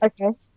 okay